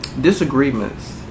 Disagreements